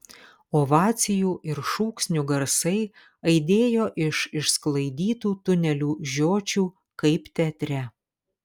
ovacijų ir šūksnių garsai aidėjo iš išsklaidytų tunelių žiočių kaip teatre